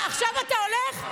עכשיו אתה הולך?